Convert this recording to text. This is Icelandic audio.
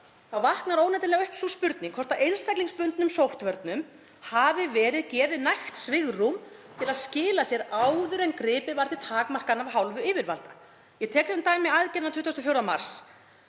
— vaknar óneitanlega upp sú spurning hvort einstaklingsbundnum sóttvörnum hafi verið gefið nægt svigrúm til að skila sér áður en gripið var til takmarkana af hálfu yfirvalda. Ég tek sem dæmi aðgerðina 24. mars.